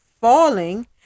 falling